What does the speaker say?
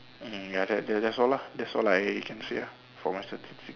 mm ya that's that's all lah that's all I can say lah for my statistic